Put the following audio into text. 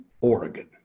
Oregon